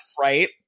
right